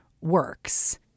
works